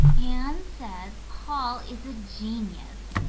anne says paul is a genius,